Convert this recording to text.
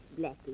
Blackie